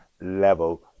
level